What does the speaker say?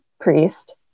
priest